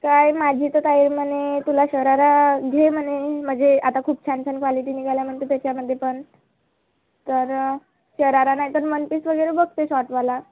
काय माझी तर ताई म्हणे तुला शरारा घे म्हणे मजे आता खूप छान छान क्वालिटी निघाल्या म्हणतो त्याच्यामध्ये पण तर शरारा नाहीतर वन पीस वगैरे बघते शॉटवाला